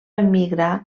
emigrar